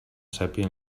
sépia